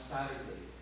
Saturday